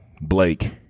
Blake